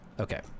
Okay